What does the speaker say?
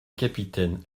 capitaine